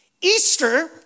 Easter